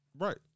Right